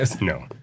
no